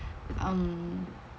um